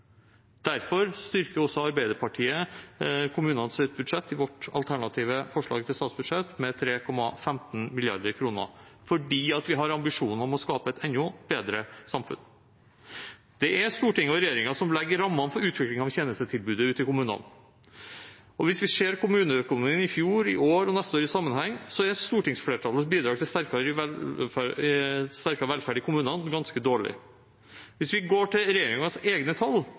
Derfor styrker Arbeiderpartiet kommunenes budsjett i vårt alternative forslag til statsbudsjett med 3,15 mrd. kr, fordi vi har ambisjoner om å skape et enda bedre samfunn. Det er Stortinget og regjeringen som legger rammene for utvikling av tjenestetilbudet ute i kommunene. Hvis vi ser kommuneøkonomien i fjor, i år og neste år i sammenheng, er stortingsflertallets bidrag til sterkere velferd i kommunene ganske dårlig. Hvis vi går til regjeringens egne tall,